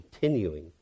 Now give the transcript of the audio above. continuing